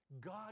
God